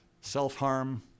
self-harm